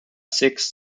six